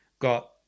got